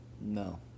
No